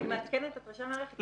אני מעדכנת את ראשי המערכת.